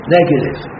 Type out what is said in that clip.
negative